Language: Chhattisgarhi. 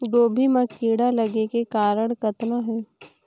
गोभी म कीड़ा लगे के कारण कतना हे?